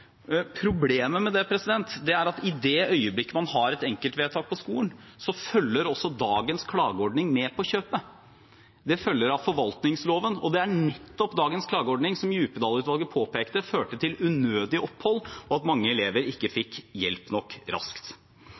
Problemet med det er at i det øyeblikk man har et enkeltvedtak på skolen, følger også dagens klageordning med på kjøpet. Det følger av forvaltningsloven. Og det er nettopp dagens klageordning Djupedal-utvalget påpekte førte til unødig opphold og at mange elever ikke fikk hjelp raskt nok.